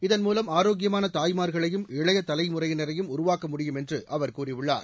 இதன்மூலம் ஆரோக்கியமான தாய்மார்களையும் இளைய தலைமுறையினரையும் உருவாக்க முடியும் என்று அவர் கூறியுள்ளார்